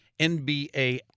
NBA